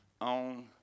on